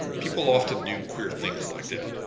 people often do queer things like that.